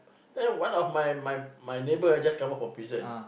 then one of my my my neighbour ah just come out from prison